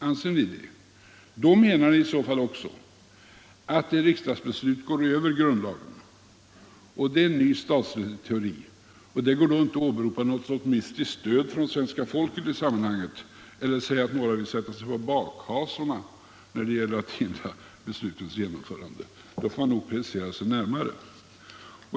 Anser ni det, så menar ni också att ett riksdagsbeslut går över grundlagen, och det är en ny statsrättsteori. Det är då inte möjligt att åberopa något mystiskt stöd från svenska folket i sammanhanget eller att säga att några vill sätta sig på bakhasorna för att hindra beslutens genomförande. Då får man nog precisera sig närmare.